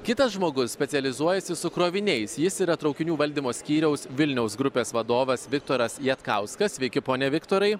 kitas žmogus specializuojasi su kroviniais jis yra traukinių valdymo skyriaus vilniaus grupės vadovas viktoras jatkauskas sveiki pone viktorai